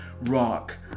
rock